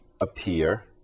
appear